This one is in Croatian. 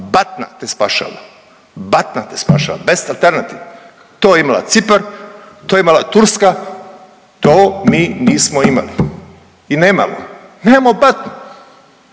batina te spašava, batina te spašava best alternative to je imala Cipar, to je imala Turska, to mi nismo imali i nemamo, nemamo batinu